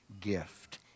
gift